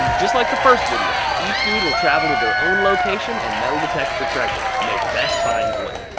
just like the first video, each dude will travel to their own location and metal detect for treasure. may the best find win.